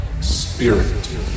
spirit